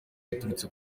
yaturutse